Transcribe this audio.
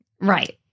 Right